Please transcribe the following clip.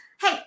Hey